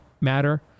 matter